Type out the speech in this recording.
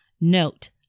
Note